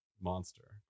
monster